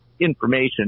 information